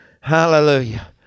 Hallelujah